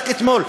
רק אתמול,